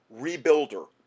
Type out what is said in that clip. rebuilder